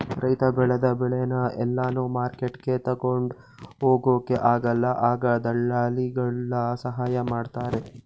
ರೈತ ಬೆಳೆದ ಬೆಳೆನ ಎಲ್ಲಾನು ಮಾರ್ಕೆಟ್ಗೆ ತಗೊಂಡ್ ಹೋಗೊಕ ಆಗಲ್ಲ ಆಗ ದಳ್ಳಾಲಿಗಳ ಸಹಾಯ ಮಾಡ್ತಾರೆ